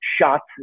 shots